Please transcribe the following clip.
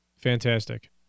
Fantastic